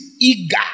Eager